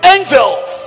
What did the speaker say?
Angels